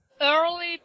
early